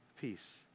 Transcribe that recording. Peace